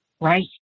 right